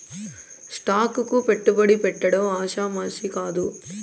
stock కు పెట్టుబడి పెట్టడం ఆషామాషీ కాదు